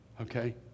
okay